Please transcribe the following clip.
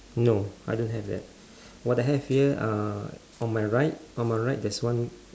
no I don't have that what I have here uh on my right on my right there's one